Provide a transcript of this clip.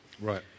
right